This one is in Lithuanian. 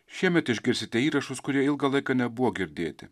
šiemet išgirsite įrašus kurie ilgą laiką nebuvo girdėti